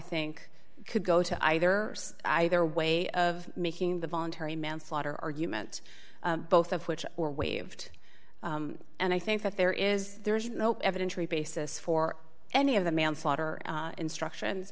think could go to either either way of making the voluntary manslaughter argument both of which or waived and i think that there is there is no evidence for a basis for any of the manslaughter instructions